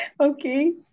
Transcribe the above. Okay